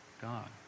God